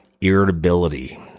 irritability